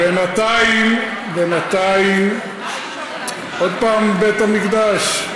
בינתיים, בינתיים, עוד פעם בית המקדש?